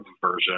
version